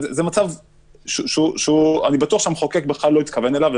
אני בטוח שזה מצב שהמחוקק לא התכוון אליו.